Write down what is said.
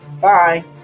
Bye